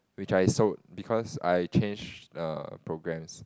which I sold because I changed err programs